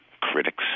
critics